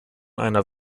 einer